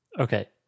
Okay